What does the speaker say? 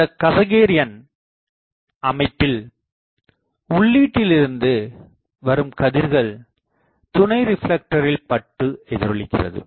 இந்த கஸக்ரேயன் அமைப்பில் உள்ளீட்டிலிருந்து வரும் கதிர்கள் துணை ரிப்லெக்டரில் பட்டு எதிரொளிக்கிறது